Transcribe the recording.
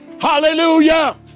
hallelujah